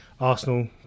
Arsenal